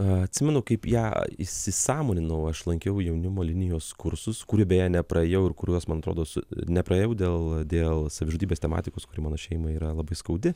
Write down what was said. atsimenu kaip ją įsisąmoninau aš lankiau jaunimo linijos kursus kurių beje nepraėjau ir kuriuos man atrodo su nepraėjau dėl dėl savižudybės tematikos kuri mano šeima yra labai skaudi